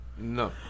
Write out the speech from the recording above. No